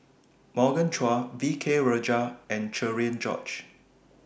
Morgan Chua V K Rajah and Cherian George